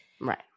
right